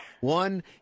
One